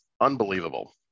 unbelievable